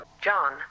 John